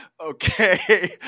Okay